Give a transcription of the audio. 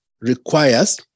requires